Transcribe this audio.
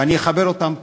ואני אחבר אותם פה.